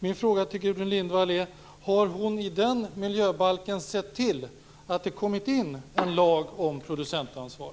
Min fråga till Gudrun Lindvall är: Har hon i den miljöbalken sett till att det kommit in en lag om producentansvar?